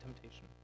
temptation